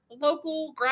local